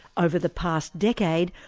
over the past decade,